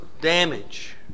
damage